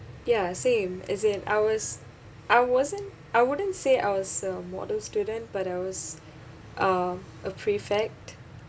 ya same as in I was I wasn't I wouldn't say I was a model student but I was uh a prefect